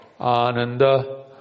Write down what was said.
Ananda